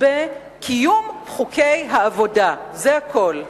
בקיום חוקי העבודה, זה הכול.